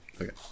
Okay